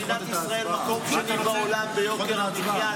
מדינת ישראל מקום שני בעולם ביוקר המחיה,